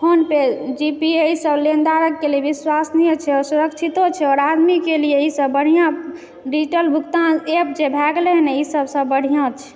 PhonePe G pay ई सब लेनदारके लेल विश्वसनीय छै सुरक्षितो छै आओर आदमीके लिए ई सब बढ़िआँ डिजिटल भुगतान ऐप जे भए गेलै ने ई सब बढ़िआँ छै